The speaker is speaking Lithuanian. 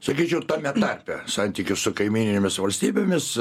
sakyčiau tame tarpe santykių su kaimyninėmis valstybėmis